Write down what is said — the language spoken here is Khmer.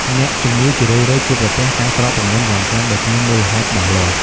អ្នកជំងឺជារឿយៗជួបប្រទះការស្រកទម្ងន់ យ៉ាងខ្លាំងដោយគ្មានមូលហេតុច្បាស់លាស់។